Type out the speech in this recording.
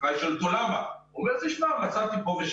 החקלאי שואל אותו למה והוא אומר לו שהוא מצא משהו אחר.